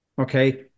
okay